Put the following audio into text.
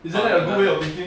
早就开 liao